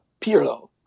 Pirlo